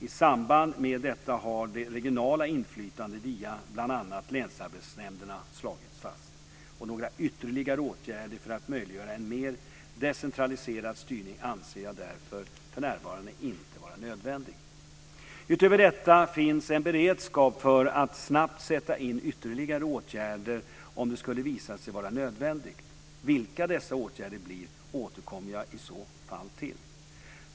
I samband med detta har det regionala inflytandet via bl.a. länsarbetsnämnderna slagits fast. Några ytterligare åtgärder för att möjliggöra en mer decentraliserad styrning anser jag därför för närvarande inte vara nödvändig. Utöver detta finns en beredskap för att snabbt sätta in ytterligare åtgärder om det skulle visa sig vara nödvändigt. Vilka dessa åtgärder blir återkommer jag i så fall till.